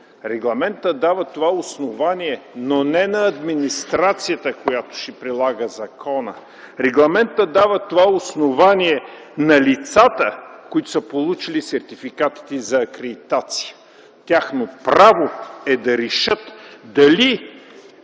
Регламентът дава това основание, но не на администрацията, която ще прилага закона. Регламентът дава това основание на лицата, които са получили сертификатите за акредитация. Тяхно право е да решат дали